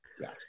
yes